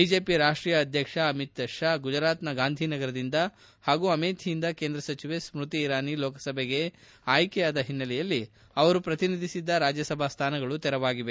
ಬಿಜೆಪಿಯ ರಾಷ್ಟೀಯ ಅಧ್ಯಕ್ಷ ಅಮಿತ್ ಷಾ ಗುಜರಾತ್ನ ಗಾಂಧಿನಗರದಿಂದ ಹಾಗೂ ಅಮೇಥಿಯಿಂದ ಕೇಂದ್ರ ಸಚಿವ ಸ್ಮತಿ ಇರಾನಿ ಲೋಕಸಭೆಗೆ ಆಯ್ಕೆಯಾದ ಹಿನ್ನೆಲೆಯಲ್ಲಿ ಅವರು ಪ್ರತಿನಿಧಿಸಿದ್ದ ರಾಜ್ಯಸಭಾ ಸ್ಥಾನಗಳು ತೆರವಾಗಿವೆ